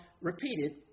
repeated